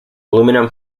aluminium